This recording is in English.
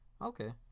Okay